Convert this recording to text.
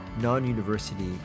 non-university